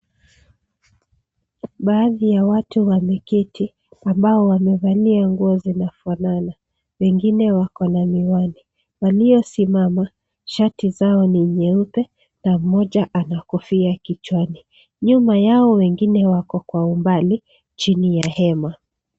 Baadhi ya watu wameketi ambao wamevalia nguo zinafanana. Wengine wako na miwani. Waliosimama, shati zao ni nyeupe na moja ana kofia kichwani. Nyuma yao wengine wako kwa umbali chini ya hema.